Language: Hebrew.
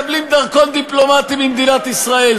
מקבלים דרכון דיפלומטי ממדינת ישראל,